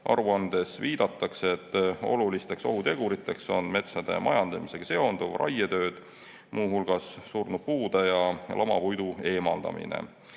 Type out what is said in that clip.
Aruandes viidatakse, et olulised ohutegurid on metsade majandamisega seonduvad raietööd, muu hulgas surnud puude ja lamapuidu eemaldamine